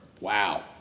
Wow